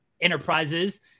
Enterprises